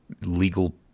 legal